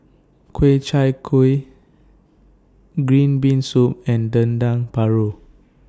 Ku Chai Kuih Green Bean Soup and Dendeng Paru